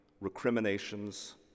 recriminations